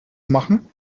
machen